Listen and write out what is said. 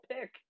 pick